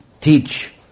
teach